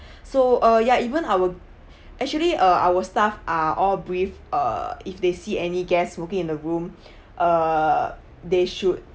so uh ya even our actually uh our staff are all briefed uh if they see any guests smoking in the room uh they should